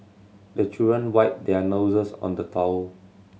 the children wipe their noses on the towel